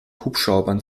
hubschraubern